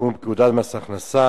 תיקון פקודת מס הכנסה